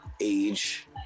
Age